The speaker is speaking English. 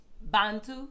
Bantu